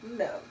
no